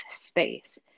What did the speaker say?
space